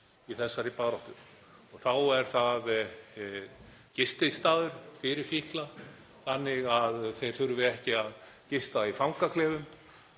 í þessari baráttu. Þá er það gististaður fyrir fíkla þannig að þeir þurfi ekki að gista í fangaklefum;